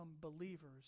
believers